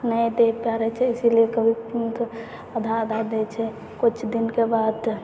नहि दै पाड़ै छै इसीलिए कभी आधा आधा दै छै किछु दिनके बाद